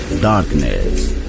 Darkness